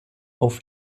auf